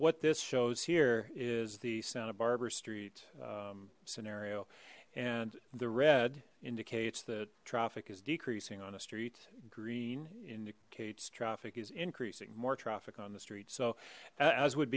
what this shows here is the santa barbara street scenario and the red indicates the traffic is decreasing on the streets green indicates traffic is increasing more traffic on the street so as would